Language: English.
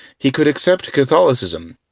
he could accept catholicism,